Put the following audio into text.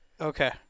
Okay